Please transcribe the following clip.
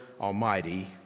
Almighty